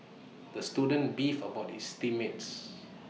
the student beefed about his team mates